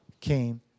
came